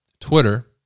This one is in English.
Twitter